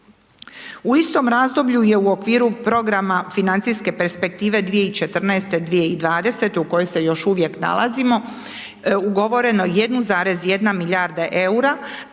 U istom razdoblju je u okviru programa financijske perspektive 2014.-2020. u kojoj se još uvijek nalazimo, ugovoreno 1,1 milijarda eura tako